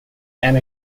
and